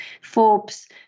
Forbes